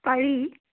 পাৰি